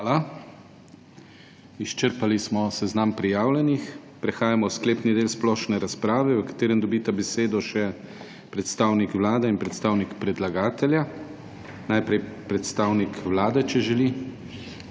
Hvala. Izčrpali smo seznam prijavljenih. Prehajamo v sklepni del splošne razprave, v katerem dobita besedo še predstavnik Vlade in predstavnik predlagatelja. Najprej predstavnik Vlade.